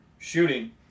shooting